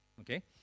okay